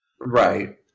Right